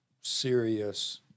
serious